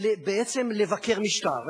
בעצם לבקר משטר.